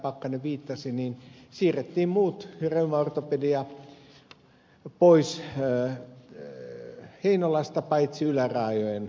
pakkanen viittasi siirrettiin muu reumaortopedia pois heinolasta paitsi yläraajojen reuma